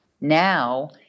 Now